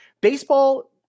baseball